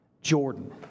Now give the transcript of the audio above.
Jordan